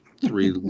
three